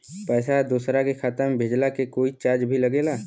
पैसा दोसरा के खाता मे भेजला के कोई चार्ज भी लागेला?